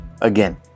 again